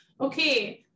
okay